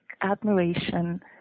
admiration